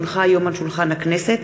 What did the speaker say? כי הונחה היום על שולחן הכנסת,